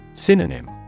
Synonym